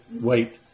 wait